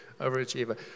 overachiever